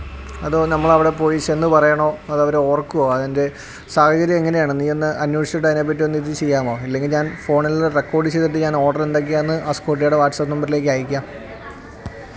അതോ നമ്മൾ അവിടെ പോയി ചെന്ന് പറയണോ അത് അവർ ഓർക്കുമോ അതിൻ്റെ സാഹചര്യം എങ്ങനെയാണ് നീ ഒന്ന് അന്വേഷിച്ചിട്ട് അതിനെ പറ്റി ഒന്ന് ഇത് ചെയ്യാമോ ഇല്ലെങ്കിൽ ഞാൻ ഫോണിൽ റെക്കോർഡ് ചെയ്തിട്ട് ഞാൻ ഓർഡർ എന്തൊക്കെയാണെന്ന് ഹസ്കോട്ടിയയുടെ വാട്സ്ആപ്പ് നമ്പറിലേക്ക് അയയ്ക്കാം